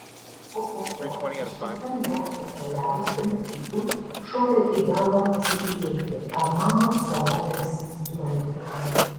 o po to kažkokiam jachta keliavusiam tipui šovė į galvą pasižiūrėti ar mano sala egzistuoja